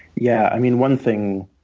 yeah. i mean, one thing